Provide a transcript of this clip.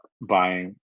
buying